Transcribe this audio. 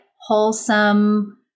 wholesome